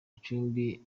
gicumbi